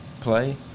play